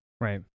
right